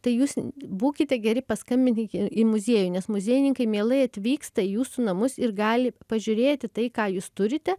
tai jūs būkite geri paskambinkit į muziejų nes muziejininkai mielai atvyksta į jūsų namus ir gali pažiūrėti tai ką jūs turite